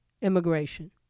immigration